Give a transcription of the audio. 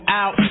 out